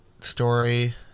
story